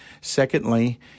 secondly